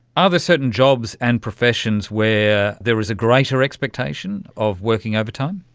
are there certain jobs and professions where there is a greater expectation of working overtime?